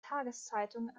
tageszeitung